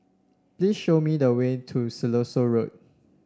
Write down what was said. please show me the way to Siloso Road